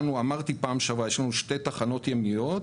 ואמרתי בפעם שעברה: יש לנו שתי תחנות ימיות,